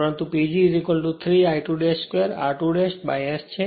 પરંતુ PG 3 I2 2 r2 S છે